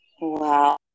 Wow